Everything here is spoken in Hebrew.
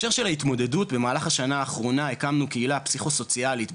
בהקשר של ההתמודדות במהלך השנה האחרונה הקמנו קהילה פסיכו-סוציאלית,